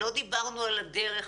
לא דיברנו על הדרך.